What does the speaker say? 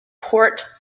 port